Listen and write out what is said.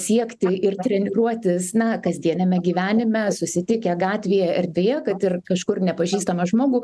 siekti ir treniruotis na kasdieniame gyvenime susitikę gatvėje erdvėje kad ir kažkur nepažįstamą žmogų